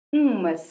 uma